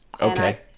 Okay